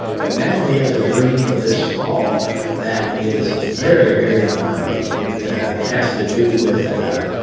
but now he has a dream for this fall that is very, very alarming. it it has to do with